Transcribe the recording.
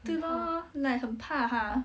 对咯 like 很怕她